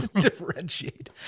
differentiate